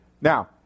Now